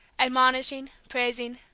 admonishing, praising,